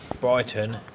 Brighton